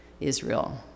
Israel